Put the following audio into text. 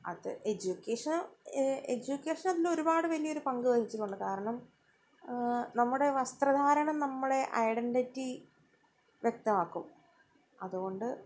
അത് എജ്യൂക്കേഷൻ എജ്യൂക്കേഷനതിലൊരുപാട് വലിയൊരു പങ്കു വഹിച്ചിട്ടുണ്ട് കാരണം നമ്മുടെ വസ്ത്രധാരണം നമ്മളെ ഐഡൻറ്റിറ്റി വ്യക്താക്കും അതുകൊണ്ട്